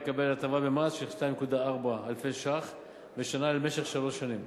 יקבל הטבה במס של כ-2.4 אלפי שקלים בשנה למשך שלוש שנים.